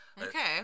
Okay